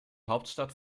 hauptstadt